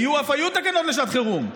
היו אף היו תקנות לשעת חירום.